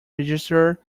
register